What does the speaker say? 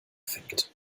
fängt